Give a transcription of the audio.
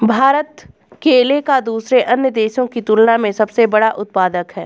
भारत केले का दूसरे अन्य देशों की तुलना में सबसे बड़ा उत्पादक है